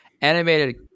Animated